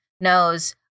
knows